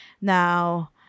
now